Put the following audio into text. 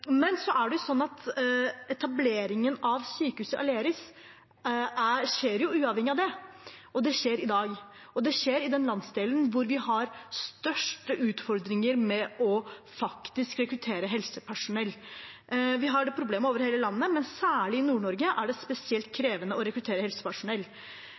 Men etableringen av sykehuset Aleris skjer uavhengig av det, og det skjer i dag. Det skjer i den landsdelen hvor vi faktisk har størst utfordringer med å rekruttere helsepersonell. Vi har det problemet over hele landet, men særlig i Nord-Norge er det spesielt krevende å rekruttere helsepersonell.